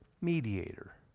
mediator